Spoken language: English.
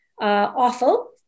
awful